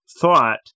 thought